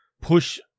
push